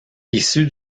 issu